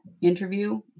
interview